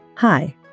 Hi